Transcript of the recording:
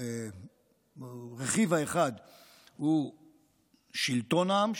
רכיב אחד הוא שלטון העם,